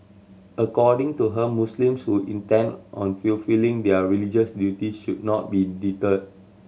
according to her Muslims who intend on fulfilling their religious duties should not be deterred